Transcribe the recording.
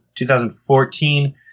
2014